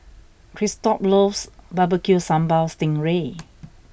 Christop loves Barbecue Sambal Sting Ray